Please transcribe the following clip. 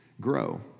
grow